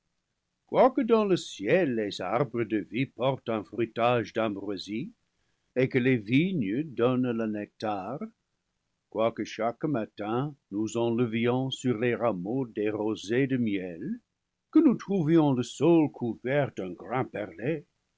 quoique dans le ciel les arbres de vie portent un fruitage d'ambroisie et que les vignes donnent le nectar quoique chaque matin nous enlevions sur les ra meaux des rosées de miel que nous trouvions le sol couvert d'un grain perlé